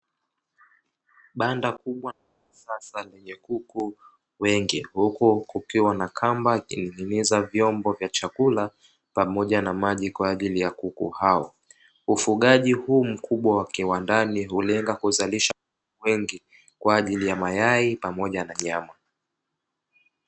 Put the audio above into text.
Banda kubwa la kisasa lenye kuku wengi, huku kukiwa na kamba ikining’iniza vyombo vya chakula pamoja na maji kwa ajili ya kuku hao. Ufugaji huu mkubwa wa kiwandani hulenga kuzalisha kuku wengi kwa ajili ya mayai pamoja na nyama.